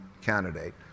candidate